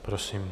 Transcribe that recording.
Prosím.